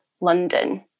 London